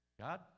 God